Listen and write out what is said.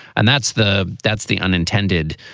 and that's the that's the unintended